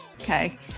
okay